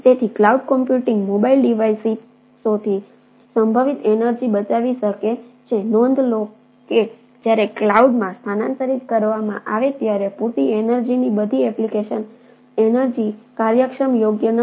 તેથી cloud computing mobile ડિવાઇસોથી સંભવિત એનર્જિ બચાવી શકે છે નોંધ લો કે જ્યારે ક્લાઉડમાં સ્થાનાંતરિત કરવામાં આવે ત્યારે પૂરતી એનર્જિની બધી એપ્લિકેશન એનર્જિ કાર્યક્ષમ યોગ્ય નથી